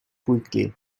quickly